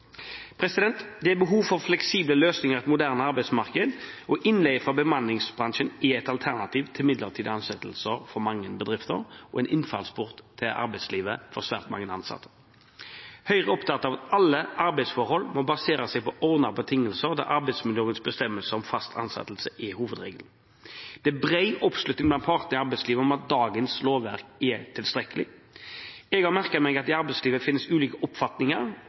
Det er behov for fleksible løsninger i et moderne arbeidsmarked, og innleie fra bemanningsbransjen er et alternativ til midlertidige ansettelser for mange bedrifter og en innfallsport til arbeidslivet for svært mange ansatte. Høyre er opptatt av at alle arbeidsforhold må basere seg på ordnede betingelser der arbeidsmiljølovens bestemmelser om fast ansettelse er hovedregel. Det er bred oppslutning blant partene i arbeidslivet om at dagens lovverk er tilstrekkelig. Jeg har merket meg at det i arbeidslivet finnes ulike oppfatninger,